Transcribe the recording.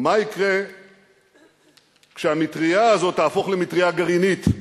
מה יקרה כשהמטרייה הזאת תהפוך למטרייה גרעינית.